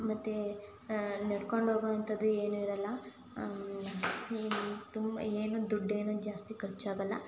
ಮತ್ತು ನಡ್ಕೊಂಡು ಹೋಗುವಂಥದ್ದು ಏನೂ ಇರೋಲ್ಲ ಏನೂ ತುಂಬ ಏನು ದುಡ್ಡೇನು ಜಾಸ್ತಿ ಖರ್ಚಾಗಲ್ಲ